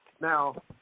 Now